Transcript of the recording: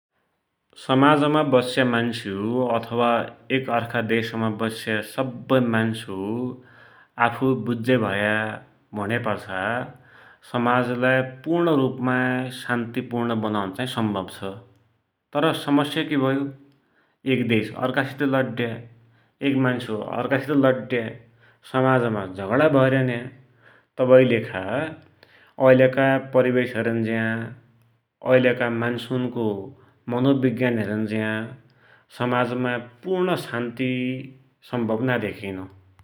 समाजमा बस्या मान्सु अथवा एक अर्खा देशमा बस्या सप्पै मान्सु आफुइ बुज्या भया, भुण्यापाछा समाजलाई पूर्ण रुपमा शान्तिपूर्ण बनुन चाही सम्भव छ । तर समस्या कि भयो, एक देश अर्खासित लड्या, एक मान्सु अर्खासित लड्या, समाजमा झगडा भैरन्या, तवैकी लेखा ऐलका परिवेश हेरुन्ज्या, ऐलका मान्सुनको मनोविज्ञान हेरुन्ज्या, समाजमा पूर्ण शान्ती सम्भव नाई धेकिनो ।